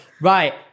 right